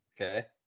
Okay